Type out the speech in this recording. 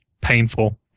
painful